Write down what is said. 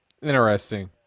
Interesting